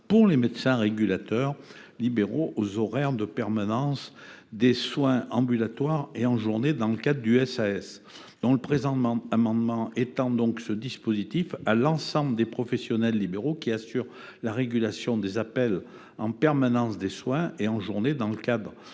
pour les médecins régulateurs libéraux aux horaires de permanence des soins ambulatoires et en journée dans le cadre du SAS. Le présent amendement vise donc à étendre à l’ensemble des professionnels libéraux qui assurent la régulation des appels en permanence des soins et, en journée, dans le cadre